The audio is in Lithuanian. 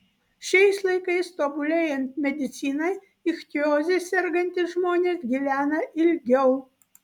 šiais laikais tobulėjant medicinai ichtioze sergantys žmonės gyvena ilgiau